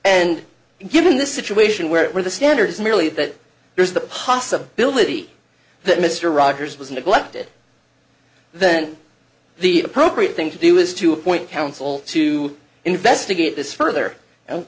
and given the situation where the standard is merely that there's the possibility that mr rogers was neglected then the appropriate thing to do is to appoint counsel to investigate this further